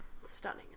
stunning